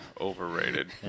overrated